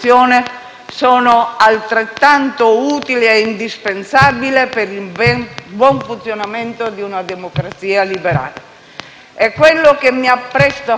sono altrettanto utili e indispensabili per il buon funzionamento di una democrazia liberale. È quello che mi appresto a fare.